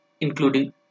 including